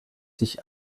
sich